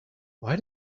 why